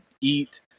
eat